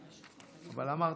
אבל אמרתי.